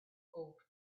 oak